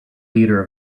leader